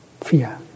fear